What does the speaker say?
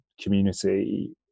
community